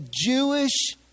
Jewish